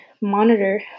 monitor